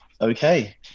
okay